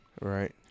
Right